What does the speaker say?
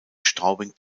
straubing